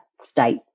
state